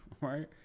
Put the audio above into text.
Right